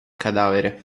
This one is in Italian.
cadavere